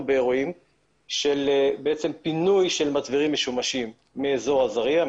באירועים של פינוי מצברים משומשים מאזור עזריה,